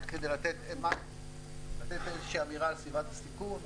רק כדי לתת איזושהי אמירה על סיבת הסיכון,